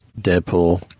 Deadpool